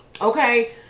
Okay